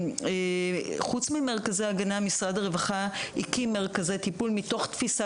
חוץ ממרכזי הגנה משרד הרווחה הקים מרכזי טיפול מתוך תפיסה